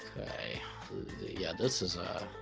okay yeah this is ah